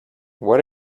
what